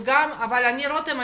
אבל רותם,